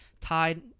tied